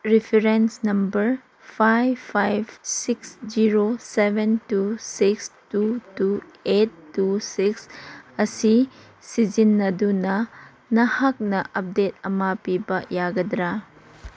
reference number five five six zero seven two six two two eight two six ꯑꯁꯤ ꯁꯤꯖꯤꯟꯅꯗꯨꯅ ꯅꯍꯥꯛꯅ update ꯑꯃ ꯄꯤꯕ ꯌꯥꯒꯗ꯭ꯔꯥ